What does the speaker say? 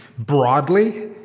broadly,